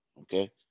Okay